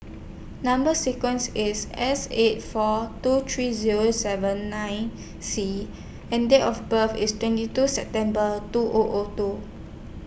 Number sequence IS S eight four two three Zero seven nine C and Date of birth IS twenty two September two O O two